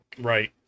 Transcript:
Right